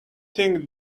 think